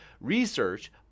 Research